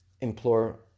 implore